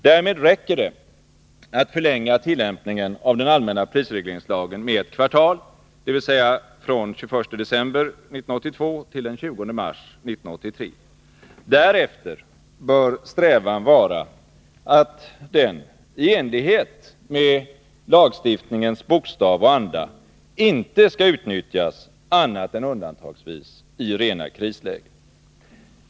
Därmed räcker det att förlänga tillämpningen av den allmänna prisregleringslagen med ett kvartal, dvs. från den 21 december 1982 till den 20 mars 1983. Därefter bör strävan vara att den — i enlighet med lagstiftningens bokstav och anda — inte skall utnyttjas annat än undantagsvis i rena krislägen.